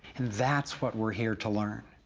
that's what we're here to learn!